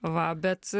va bet